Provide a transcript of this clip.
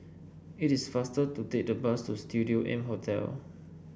it is faster to take the bus to Studio M Hotel